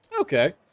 Okay